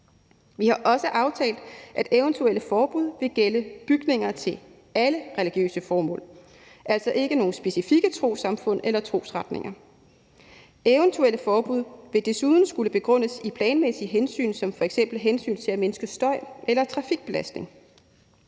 Vi har også aftalt, at eventuelle forbud vil gælde bygninger til alle religiøse formål, altså ikke nogen specifikke trossamfund eller trosretninger. Eventuelle forbud vil desuden skulle begrundes i planmæssige hensyn som f.eks. hensyn til at mindske støj eller trafikbelastning.